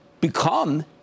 become